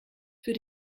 für